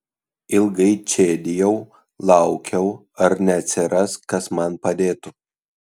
ilgai čėdijau laukiau ar neatsiras kas man padėtų